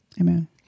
Amen